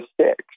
six